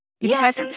yes